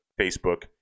Facebook